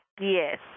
Yes